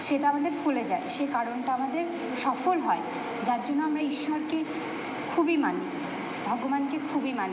সেটা আমাদের ফলে যায় সেই কারণটা আমাদের সফল হয় যার জন্য আমরা ঈশ্বরকে খুবই মানি ভগবানকে খুবই মানি